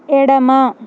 ఎడమ